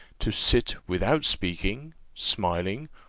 to sit without speaking, smiling,